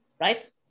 Right